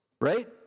Right